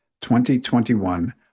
2021